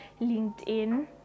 linkedin